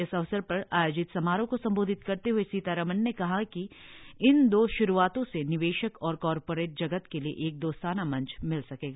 इस अवसर पर आयोजित समारोह को सम्बोधित करते हए सीतारामन ने कहा कि इन दो शुरूआतों से निवेशक और कॉरपोरेट जगत के लिए एक दोस्ताना मंच मिल सकेगा